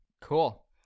Cool